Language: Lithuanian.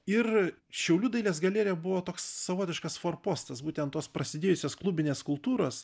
ir šiaulių dailės galerija buvo toks savotiškas forpostas būtent tos prasidėjusios klubinės kultūros